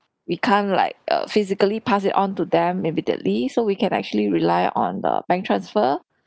we can't like uh physically pass it on to them immediately so we can actually rely on uh bank transfer